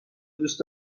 دوست